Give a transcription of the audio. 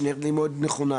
שנראית לי מאוד נכונה,